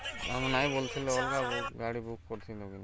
ଆମ ନାଇଁ ବଲିଥିଲେ ଅଲ୍ଗା ଗାଡ଼ି ବୁକ୍ କରିଥିତୁ କିନି